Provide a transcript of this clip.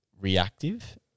reactive